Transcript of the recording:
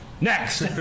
next